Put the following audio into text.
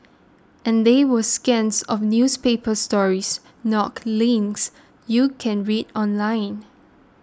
and they were scans of newspaper stories not links you can read online